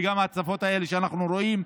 וגם ההצפות האלה שאנחנו רואים,